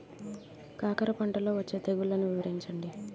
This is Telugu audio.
కాకర పంటలో వచ్చే తెగుళ్లను వివరించండి?